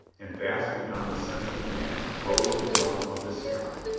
and vast beyond the sense of man, rose the dome of the sky.